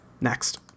Next